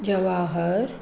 Jawahar